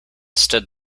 stood